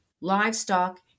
livestock